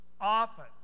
often